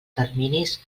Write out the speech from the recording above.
terminis